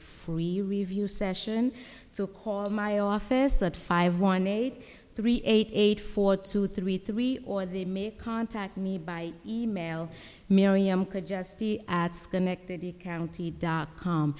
free review session to call my office at five one eight three eight eight four two three three or they may contact me by email miriam could just be at schenectady county dot com